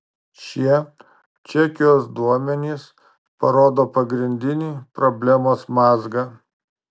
šie čekijos duomenys parodo pagrindinį problemos mazgą